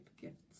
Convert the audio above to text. gifts